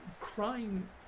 Crime